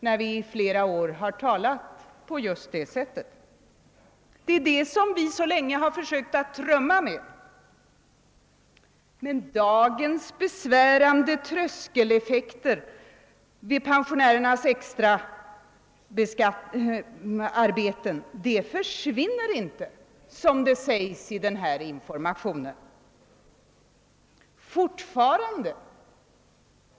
Vi har i flera år sagt just detta och länge försökt trumma in det. Men dagens besvärande tröskeleffekter vid pensionärernas extraarbeten försvinner inte, som det sägs i denna information.